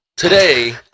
Today